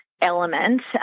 element